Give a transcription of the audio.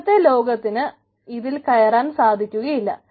പുറത്തെ ലോകത്തിന് ഇതിൽ കയറാൻ സാധിക്കുകയില്ല